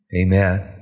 amen